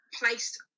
placed